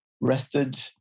rested